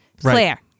Claire